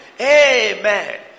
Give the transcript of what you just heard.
Amen